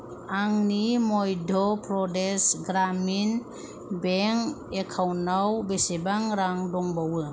आंनि मध्य' प्रदेश ग्रामिन बेंक एकाउन्टआव बेसेबां रां दंबावो